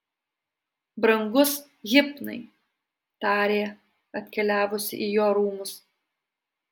brangus hipnai tarė atkeliavusi į jo rūmus